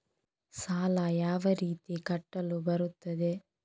ಸಾಲ ಯಾವ ರೀತಿ ಕಟ್ಟಲು ಬರುತ್ತದೆ?